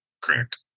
Correct